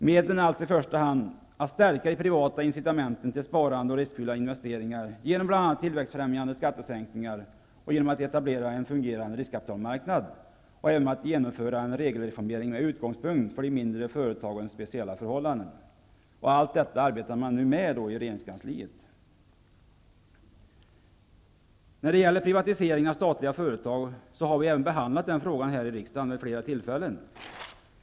Medlen är således i första hand att stärka de privata incitamenten till sparande och riskfyllda investeringar genom bl.a. tillväxtfrämjande skattesänkningar, genom att etablera en fungerande riskkapitalmarknad och även genom att genomföra en regelreformering med utgångspunkt i de mindre företagens speciella förhållanden. Allt detta arbetar man nu med i regeringskansliet. i har vid flera tillfällen behandlat frågan om privatisering av statliga företag här i riksdagen.